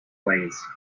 ways